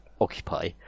occupy